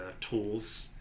tools